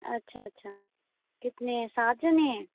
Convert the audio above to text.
अच्छा अच्छा कितने सात जने हैं